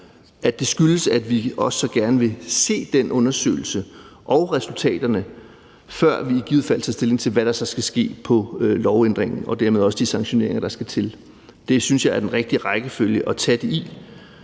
Det skyldes, at vi også gerne vil se den undersøgelse og resultaterne, før vi i givet fald tager stilling til, hvad der så skal ske i forhold til lovændringen og dermed også de sanktioneringer, der skal til. Det synes jeg er den rigtige rækkefølge at tage det i.